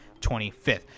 25th